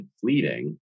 fleeting